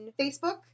Facebook